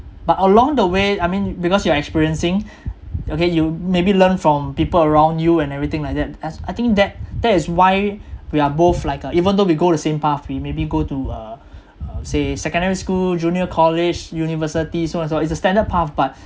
but along the way I mean because you are experiencing okay you maybe learn from people around you and everything like that that's I think that that is why we are both like uh even though we go the same path we maybe go to uh uh say secondary school junior college university so on and so on it's a standard path but